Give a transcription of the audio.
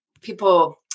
people